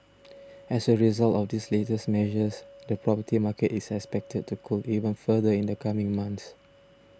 as a result of these latest measures the property market is expected to cool even further in the coming months